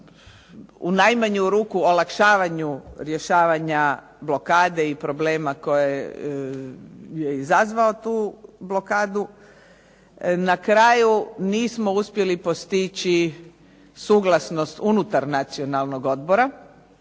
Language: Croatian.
u najmanju ruku olakšavanja rješavanja blokade i problema koje je izazvao tu blokadu. Na kraju nismo uspjeli postići suglasnost unutar Nacionalnog odbora